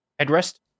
headrest